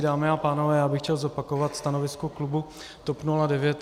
Dámy a pánové, já bych chtěl zopakovat stanovisko klubu TOP 09.